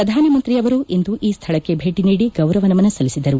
ಪ್ರಧಾನಮಂತಿ ನರೇಂದ ಮೋದಿ ಅವರು ಇಂದು ಈ ಸ್ಥಳಕ್ಕೆ ಭೇಟಿ ನೀಡಿ ಗೌರವ ನಮನ ಸಲ್ಲಿಸಿದರು